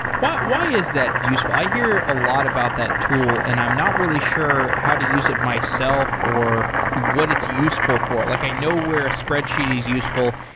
why why is that useful? i hear a lot about that tool and i'm not really sure how to use it myself or what it's useful for. like i know where spreadsheet is useful.